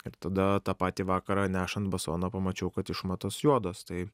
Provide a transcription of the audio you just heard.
ir tada tą patį vakarą nešant basoną pamačiau kad išmatos juodos tai